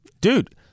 Dude